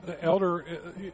Elder